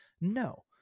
No